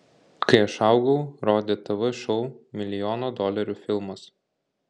kai aš augau rodė tv šou milijono dolerių filmas